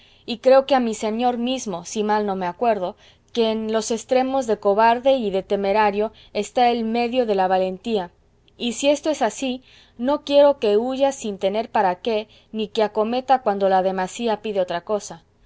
y creo que a mi señor mismo si mal no me acuerdo que en los estremos de cobarde y de temerario está el medio de la valentía y si esto es así no quiero que huya sin tener para qué ni que acometa cuando la demasía pide otra cosa